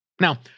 Now